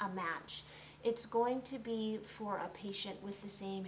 a match it's going to be for a patient with the same